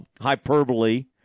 hyperbole